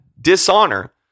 dishonor